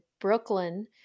Brooklyn